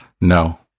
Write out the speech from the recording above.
no